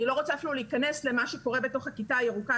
אני לא רוצה אפילו להיכנס למה שקורה בתוך הכיתה הירוקה,